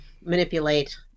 manipulate